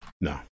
No